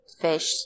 fish